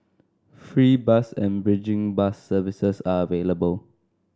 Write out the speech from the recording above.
free bus and bridging bus services are available